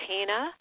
Tina